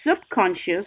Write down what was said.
subconscious